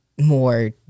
more